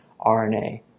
RNA